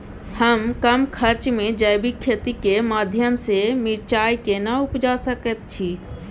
हम कम खर्च में जैविक खेती के माध्यम से मिर्चाय केना उपजा सकेत छी?